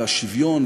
והשוויון,